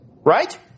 Right